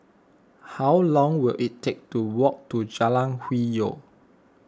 how long will it take to walk to Jalan Hwi Yoh